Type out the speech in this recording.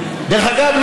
דרך אגב,